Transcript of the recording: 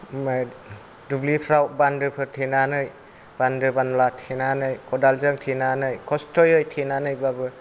माइ दुब्लिफ्राव बान्दोफोर थेनानै बान्दो बानला थेनानै खदालजों थेनानै खस्त'यै थेनानैबाबो